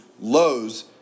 lows